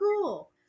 cool